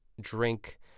drink